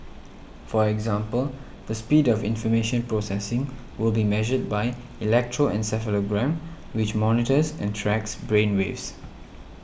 for example the speed of information processing will be measured by electroencephalogram which monitors and tracks brain waves